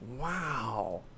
wow